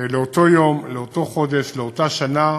לאותו יום, לאותו חודש, לאותה שנה,